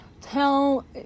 Tell